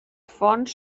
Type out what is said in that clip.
fonts